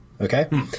okay